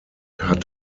hat